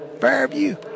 Fairview